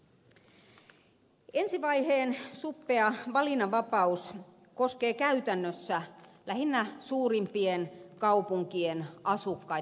ensi vaiheen suppea valinnanvapaus koskee käytännössä lähinnä suurimpien kaupunkien asukkaita